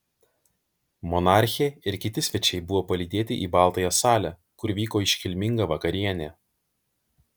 monarchė ir kiti svečiai buvo palydėti į baltąją salę kur vyko iškilminga vakarienė